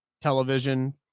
television